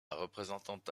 représentante